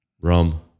rum